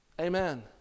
Amen